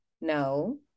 no